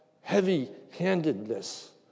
heavy-handedness